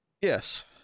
Yes